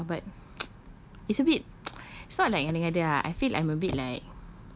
I don't know lah but it's a bit it's not like ngada-ngada ah I feel like I'm a bit like